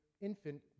infant